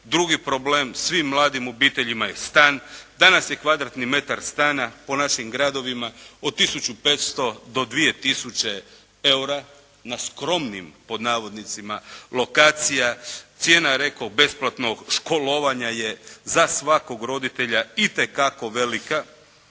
Drugi problem, svim mladim obiteljima je stan. Danas je kvadratni metar stana po našim gradovima od tisuću 500 do 2 tisuće eura na "skromnim", pod navodnicima, lokacijama. Cijena je rekao bih besplatnog školovanja je za svakog roditelja itekako velika.